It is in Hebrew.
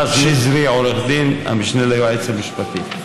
רז נזרי, עורך דין, המשנה ליועץ המשפטי.